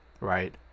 right